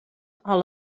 all